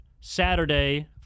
Saturday